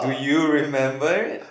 do you remember it